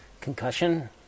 concussion